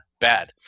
bad